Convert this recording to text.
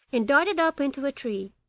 and darted up into a tree,